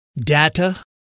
data